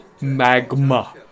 Magma